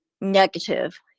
negative